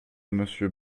monsieur